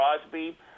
Crosby